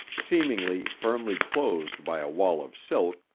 seemingly firmly closed by a wall of silk,